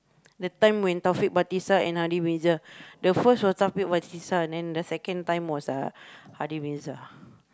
the time when Taufik-Batisah and Hady-Mirza the first was Taufik-Batisah and then the second time was uh Hady-Mirza